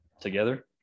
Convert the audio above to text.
together